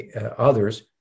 others